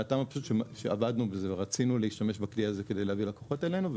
מהטעם הפשוט שעבדנו בזה ורצינו להשתמש בכלי הזה כדי להביא לקוחות אלינו,